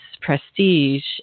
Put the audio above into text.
prestige